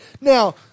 Now